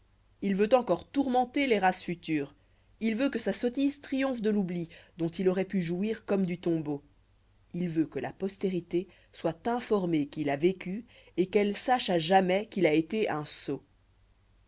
il veut encore tourmenter les races futures il veut que sa sottise triomphe de l'oubli dont il auroit pu jouir comme du tombeau il veut que la postérité soit informée qu'il a vécu et qu'elle sache à jamais qu'il a été un sot